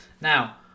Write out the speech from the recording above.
now